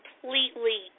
completely